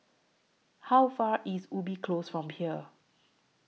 How Far away IS Ubi Close from here